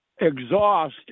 exhaust